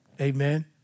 Amen